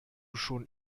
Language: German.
schon